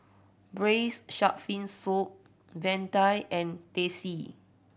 braise shark fin soup vadai and Teh C